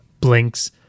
blinks